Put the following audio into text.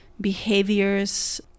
behaviors